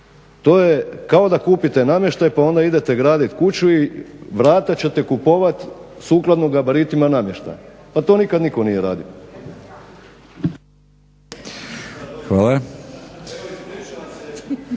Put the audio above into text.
To je kao da kupite namještaj pa onda idete graditi kuću i vrata ćete kupovat sukladno gabaritima namještajima, pa to nikad nije radio.